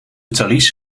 thalys